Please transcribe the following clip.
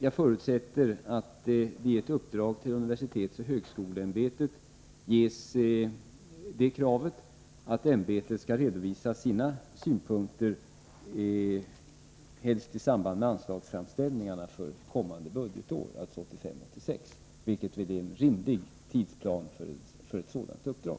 Jag förutsätter att det i ett uppdrag till universitetsoch högskoleämbetet begärs att ämbetet helst skall redovisa sina synpunkter i samband med anslagsframställningarna för kommande budgetår, alltså 1985/86. Det är en rimlig tidsplan för ett sådant uppdrag.